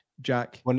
Jack